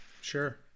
Sure